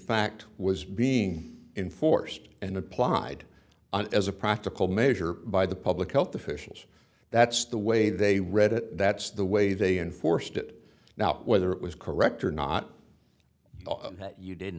fact was being enforced and applied and as a practical measure by the public health officials that's the way they read it that's the way they enforced it now whether it was correct or not that you didn't